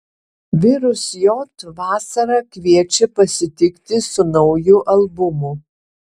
virus j vasarą kviečia pasitikti su nauju albumu